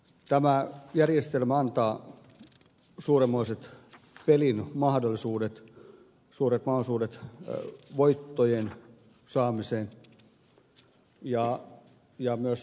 tämä järjestelmä antaa suurenmoiset pelin mahdollisuudet suuret mahdollisuudet voittojen saamiseen ja myös onnenkantamoisiin